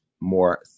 more